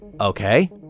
okay